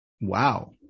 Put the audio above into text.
wow